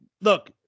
look